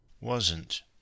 Wasn't